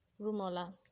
Rumola